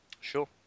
Sure